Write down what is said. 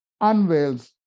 unveils